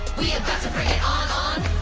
we about to bring it on-on.